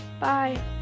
Bye